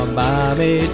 mommy